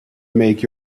make